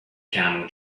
camel